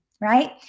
right